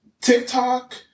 TikTok